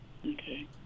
Okay